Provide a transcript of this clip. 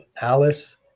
alice